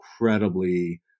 incredibly